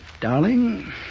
darling